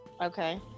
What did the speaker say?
Okay